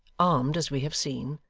armed as we have seen,